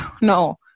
no